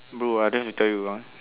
bro I didn't want to tell you bro